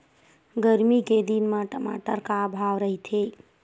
गरमी के दिन म टमाटर का भाव रहिथे?